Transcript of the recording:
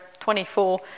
24